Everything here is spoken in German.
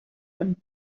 von